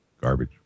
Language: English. garbage